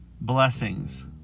blessings